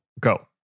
go